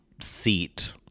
seat